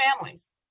families